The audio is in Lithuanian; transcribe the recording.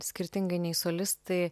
skirtingai nei solistai